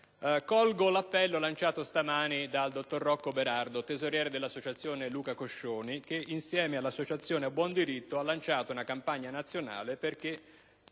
colgo l'appello lanciato stamani dal dottor Rocco Berardo, tesoriere dell'"Associazione Luca Coscioni" che, insieme all'associazione "A Buon Diritto", ha lanciato una campagna nazionale perché